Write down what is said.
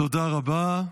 תודה רבה.